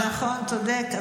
נכון, צודק.